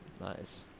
Nice